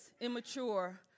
immature